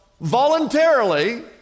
voluntarily